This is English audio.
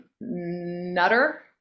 nutter